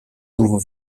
nouveau